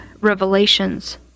revelations